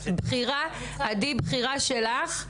עדי, זו בחירה שלך.